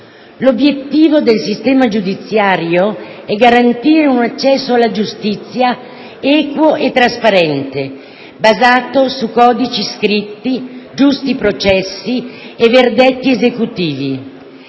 L'obiettivo del sistema giudiziario è garantire un accesso alla giustizia equo e trasparente, basato su codici scritti, giusti processi e verdetti esecutivi.